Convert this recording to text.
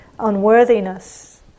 unworthiness